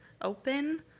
open